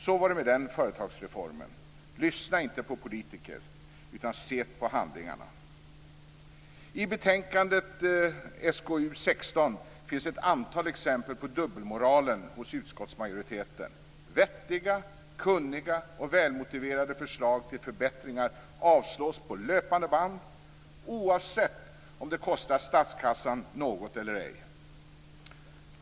Så var det med den företagsreformen. Lyssna inte på politiker, utan se på handlingarna! I betänkande SkU16 finns ett antal exempel på dubbelmoralen hos utskottsmajoriteten. Vettiga, kunniga och välmotiverade förslag till förbättringar avstyrks på löpande band, oavsett om det kostar statskassan något eller ej.